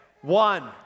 One